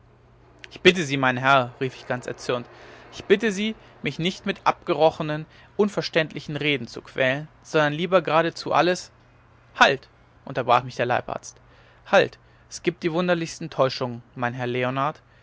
ich bitte sie mein herr rief ich ganz erzürnt ich bitte sie mich nicht mit abgebrochenen unverständlichen reden zu quälen sondern lieber geradezu alles halt unterbrach mich der leibarzt halt es gibt die wunderlichsten täuschungen mein herr leonard